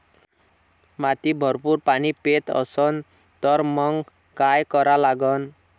माती भरपूर पाणी पेत असन तर मंग काय करा लागन?